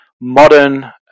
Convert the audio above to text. modern